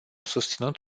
susținut